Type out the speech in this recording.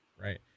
right